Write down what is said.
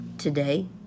today